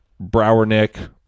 Browernick